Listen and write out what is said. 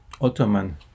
Ottoman